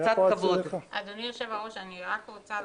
אדוני, קודם כול,